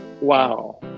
wow